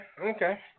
okay